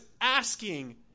asking